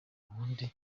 ubundi